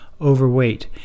overweight